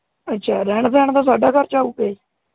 ਅੱਛਾ ਰਹਿਣ ਸਹਿਣ ਦਾ ਸਾਡਾ ਖਰਚਾ ਹੋਵੇਗਾ ਜੀ